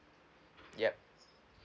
yup